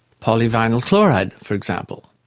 polyvinylchloride, for example.